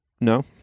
No